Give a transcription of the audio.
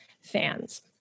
fans